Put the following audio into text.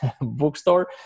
bookstore